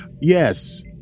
Yes